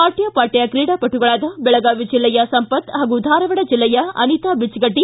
ಅಟ್ಕಾಪಾಟ್ಕಾ ಕ್ರೀಡಾಪಟು ಬೆಳಗಾವಿ ಜಿಲ್ಲೆಯ ಸಂಪತ್ ಹಾಗೂ ಧಾರವಾಡ ಜಿಲ್ಲೆಯ ಅನಿತಾ ಬಿಚಗಟ್ಟ